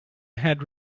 had